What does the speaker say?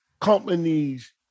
companies